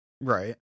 right